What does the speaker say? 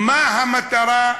מה המטרה?